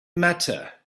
matter